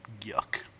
Yuck